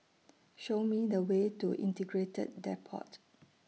Show Me The Way to Integrated Depot